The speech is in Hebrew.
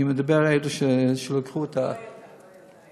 אני מדבר על אלו שלקחו את, לא הילדה, לא הילדה.